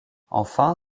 enfin